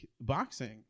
boxing